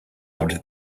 evolved